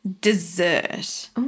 dessert